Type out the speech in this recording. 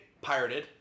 pirated